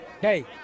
Hey